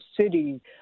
city